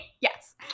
Yes